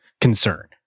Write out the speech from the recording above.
concern